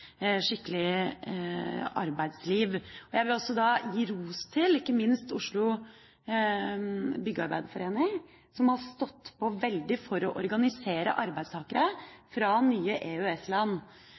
skikkelig arbeidsliv. Jeg vil ikke minst gi ros til Oslo Bygningsarbeiderforening, som har stått på veldig for å organisere arbeidstakere